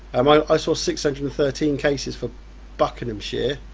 um i i saw six hundred and thirteen cases for buckinghamshire,